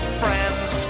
friends